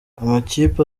amakipe